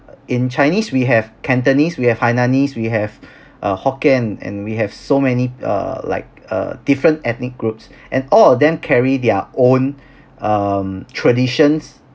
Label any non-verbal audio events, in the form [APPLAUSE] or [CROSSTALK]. in chinese we have cantonese we have hainanese we have [BREATH] uh hokkien and we have so many uh like uh different ethnic groups and all of them carry their own [BREATH] um traditions